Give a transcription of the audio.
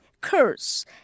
curse